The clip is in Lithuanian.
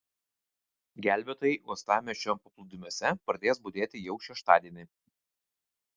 gelbėtojai uostamiesčio paplūdimiuose pradės budėti jau šeštadienį